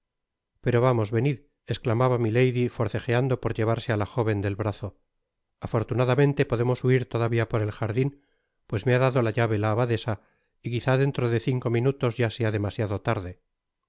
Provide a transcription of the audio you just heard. pero vamos venid esclamaba milady forcejando por tlevarse á la jóven del brazo afortunadamente podemos huir todavia por el jardin pues me ha dado la llave la abadesa y quizá dentro de cinco minutos ya sea demasiado tarde